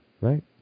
right